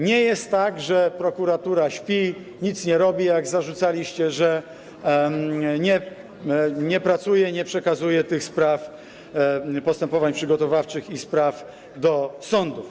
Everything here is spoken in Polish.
Nie jest więc tak, że prokuratura śpi, nic nie robi, jak zarzucaliście, że nie pracuje, nie przekazuje tych spraw, postępowań przygotowawczych i spraw do sądów.